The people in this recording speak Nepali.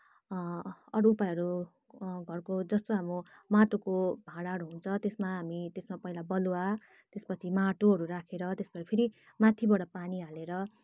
अरू उपायहरू घरको जस्तो हाम्रो माटोको भाँडाहरू हुन्छ त्यसमा हामी त्यसमा पहिला बलुवा त्यसपछि माटोहरू राखेर त्यसपछि फेरि माथिबड पानी हालेर